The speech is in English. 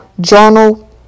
journal